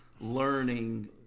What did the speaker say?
learning